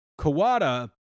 kawada